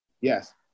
yes